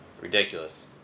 Ridiculous